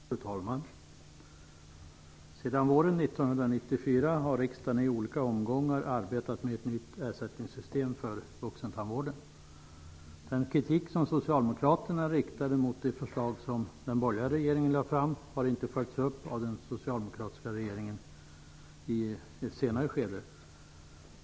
Fru talman! Sedan våren 1994 har riksdagen i olika omgångar arbetat med ett nytt ersättningssystem för vuxentandvården. Den kritik som Socialdemokraterna riktade mot det förslag som den borgerliga regeringen lade fram har inte följts upp av den socialdemokratiska regeringen i ett senare skede.